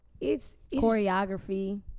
choreography